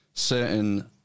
certain